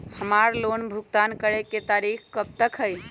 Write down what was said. हमार लोन भुगतान करे के तारीख कब तक के हई?